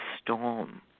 storm